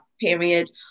period